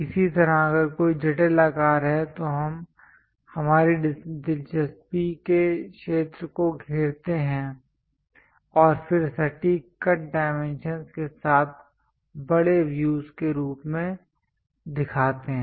इसी तरह अगर कोई जटिल आकार हैं तो हम हमारी दिलचस्पी के क्षेत्र को घेरते हैं और फिर सटीक कट डाइमेंशंस के साथ बड़े व्यूज के रूप में दिखाते हैं